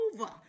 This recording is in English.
over